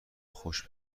خوش